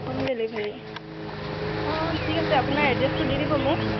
home delivery অঁ ঠিক আছে আপোনাৰ এড্ৰেছটো দি দিব মোক